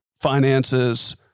finances